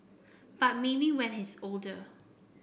but maybe when he's older